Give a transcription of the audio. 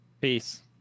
Peace